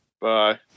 Bye